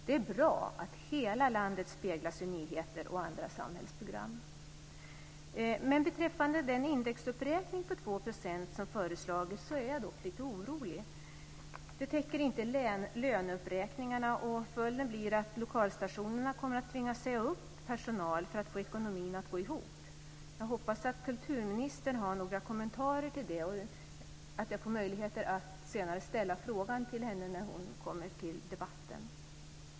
Det är bra att hela landet speglas i nyheter och andra samhällsprogram. Men beträffande den indexuppräkning på 2 % som föreslagits är jag dock lite orolig. Det täcker inte löneuppräkningarna, och följden blir att lokalstationerna kommer att tvingas säga upp personal för att få ekonomin att gå ihop. Jag hoppas att kulturministern har några kommentarer till det och att jag får möjlighet att ställa frågan till henne när hon kommer till debatten.